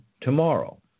tomorrow